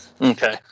okay